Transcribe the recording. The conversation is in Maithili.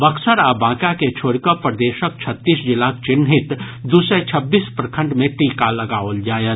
बक्सर आ बांका के छोड़ि कऽ प्रदेशक छत्तीस जिलाक चिन्हित दू सय छब्बीस प्रखंड मे टीका लगाओल जायत